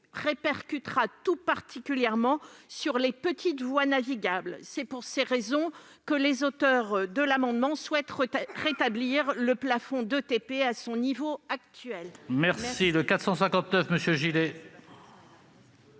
répercutera tout particulièrement sur les petites voies navigables. C'est pour ces raisons que les auteurs de l'amendement souhaitent rétablir le plafond d'ETP à son niveau actuel.